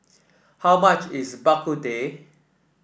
how much is Bak Kut Teh